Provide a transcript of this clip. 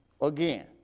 again